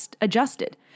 adjusted